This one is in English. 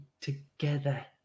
together